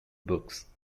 books